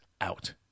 out